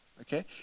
Okay